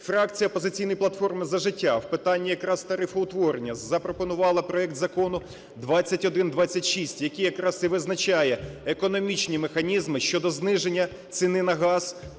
Фракція "Опозиційна платформа – За життя" в питанні якраз тарифоутворення запропонувала проект Закону 2126, який якраз і визначає економічні механізми щодо зниження ціни на газ